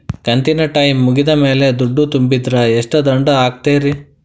ಕಂತಿನ ಟೈಮ್ ಮುಗಿದ ಮ್ಯಾಲ್ ದುಡ್ಡು ತುಂಬಿದ್ರ, ಎಷ್ಟ ದಂಡ ಹಾಕ್ತೇರಿ?